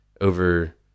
over